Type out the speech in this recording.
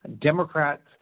Democrats